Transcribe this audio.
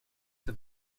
have